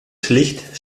schlicht